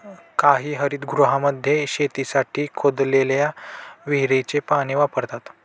काही हरितगृहांमध्ये शेतीसाठी खोदलेल्या विहिरीचे पाणी वापरतात